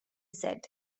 said